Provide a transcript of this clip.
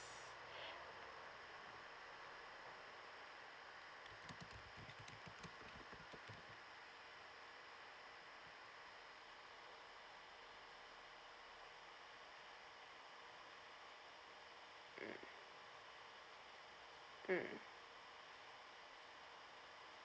mm